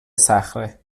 صخره